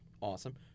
Awesome